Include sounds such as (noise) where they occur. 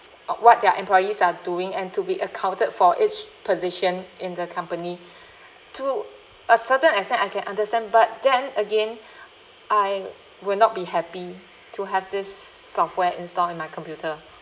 uh what their employees are doing and to be accounted for each position in the company (breath) to a certain extent I can understand but then again (breath) I will not be happy to have this software installed in my computer